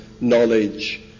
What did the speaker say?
knowledge